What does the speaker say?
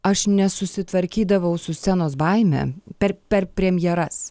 aš nesusitvarkydavau su scenos baime per per premjeras